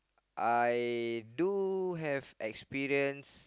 I do have experience